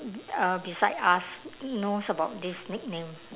uh beside us knows about this nickname